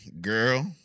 girl